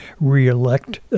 re-elect